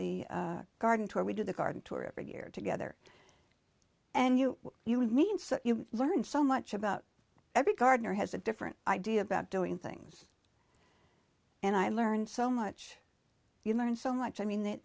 the garden tour we do the garden tour every year together and you you mean so you learn so much about every gardener has a different idea about doing things and i learned so much you learn so much i mean th